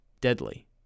deadly